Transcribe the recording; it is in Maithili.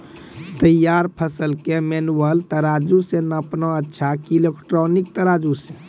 तैयार फसल के मेनुअल तराजु से नापना अच्छा कि इलेक्ट्रॉनिक तराजु से?